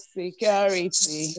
security